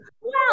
wow